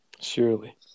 Surely